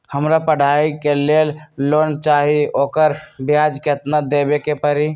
हमरा पढ़ाई के लेल लोन चाहि, ओकर ब्याज केतना दबे के परी?